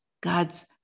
God's